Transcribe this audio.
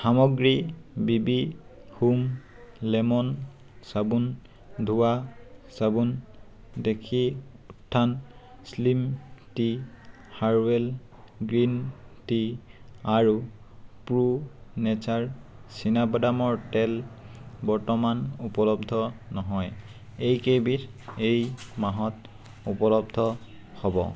সামগ্ৰী BB home lemon চাবোন ধোৱা চাবোন দেশী উত্থান slim tea herbal green tea আৰু প্ৰো নেচাৰ চীনাবাদামৰ তেল বৰ্তমান উপলব্ধ নহয় এইকেইবিধ এই মাহত উপলব্ধ হ'ব